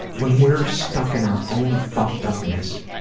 when we're stuck in our own fucked-upness,